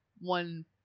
one